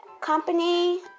company